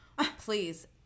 please